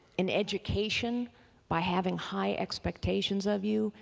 and education by having high expectations of you.